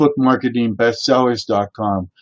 bookmarketingbestsellers.com